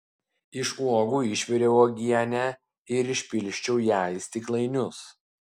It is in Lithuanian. iš uogų išviriau uogienę ir išpilsčiau ją į stiklainius